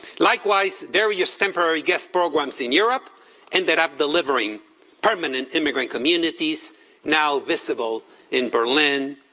likewise, various temporary guest programs in europe ended up delivering permanent immigrant communities now visible in berlin,